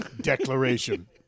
declaration